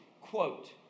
Quote